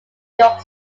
york